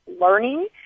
learning